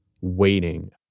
waiting